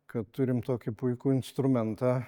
kad turim tokį puikų instrumentą